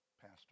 Pastor